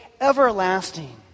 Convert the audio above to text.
everlasting